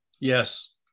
Yes